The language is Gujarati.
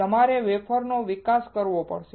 હવે તમારે વેફરનો વિકાસ કરવો પડશે